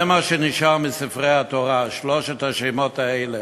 זה מה שנשאר מספרי התורה, שלושת השמות האלה,